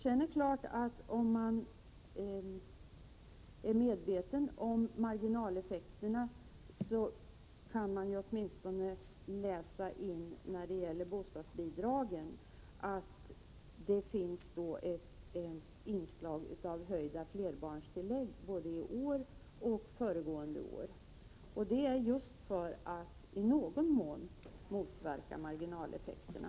Sedan är det klart att om man är medveten om marginaleffekterna kan man åtminstone när det gäller bostadsbidragen läsa att det finns ett inslag av höjda flerbarnstillägg både i år och under föregående år. Det är just för att i någon mån motverka marginaleffekterna.